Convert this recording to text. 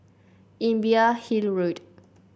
Imbiah Hill Road